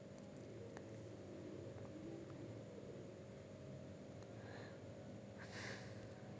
కంపెనీలో మిషన్ పెట్టడం వల్ల ఎక్కువ డబ్బులు ఖర్చు అవుతాయి